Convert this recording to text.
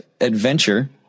adventure